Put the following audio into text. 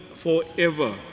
forever